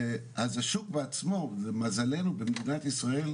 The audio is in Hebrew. אז השוק בעצמו ולמזלנו במדינת ישראל,